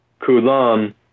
kulam